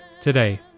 today